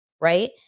right